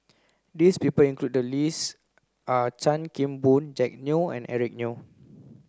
this people included in the list are Chan Kim Boon Jack Neo and Eric Neo